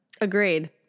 Agreed